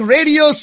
Radio